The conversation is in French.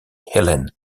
helen